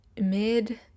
mid-